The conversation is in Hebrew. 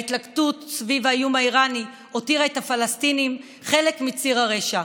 ההתלכדות סביב האיום האיראני הותירה את הפלסטינים חלק מציר הרשע,